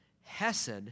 hesed